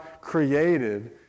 created